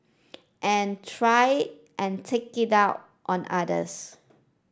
and try and take it out on others